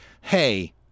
hey